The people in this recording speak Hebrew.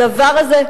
הדבר הזה,